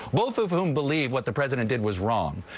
both of whom believe what the president did was wrong.